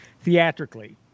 theatrically